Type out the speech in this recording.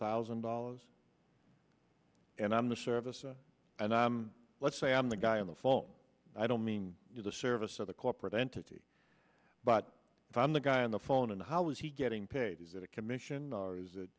thousand dollars and i'm a service and i let's say i'm the guy on the phone i don't mean the service or the corporate entity but if i'm the guy on the phone and how is he getting paid is that a commission or is